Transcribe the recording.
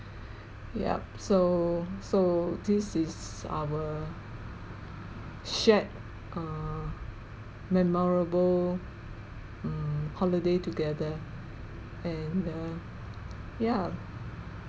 yup so so this is our shared uh memorable mm holiday together and uh ya